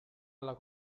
alla